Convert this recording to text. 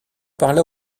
parla